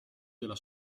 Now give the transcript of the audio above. della